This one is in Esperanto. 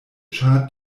ĉar